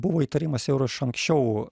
buvo įtarimas jau ir iš anksčiau